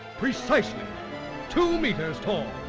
precisely two meters tall.